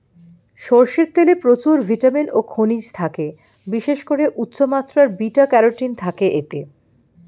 সরষের তেলে প্রচুর ভিটামিন ও খনিজ থাকে, বিশেষ করে উচ্চমাত্রার বিটা ক্যারোটিন থাকে এতে